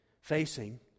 facing